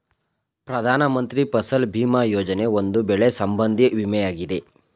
ಪ್ರಧಾನ ಮಂತ್ರಿ ಫಸಲ್ ಭೀಮಾ ಯೋಜನೆ, ಒಂದು ಬೆಳೆ ಸಂಬಂಧಿ ವಿಮೆಯಾಗಿದೆ